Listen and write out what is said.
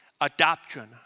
Adoption